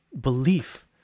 belief